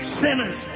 sinners